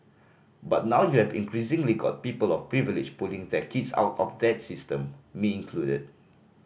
but now you have increasingly got people of privilege pulling their kids out of that system me included